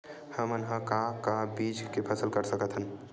हमन ह का का बीज के फसल कर सकत हन?